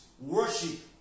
worship